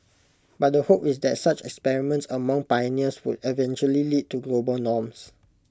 but the hope is that such experiments among pioneers would eventually lead to global norms